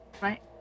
Right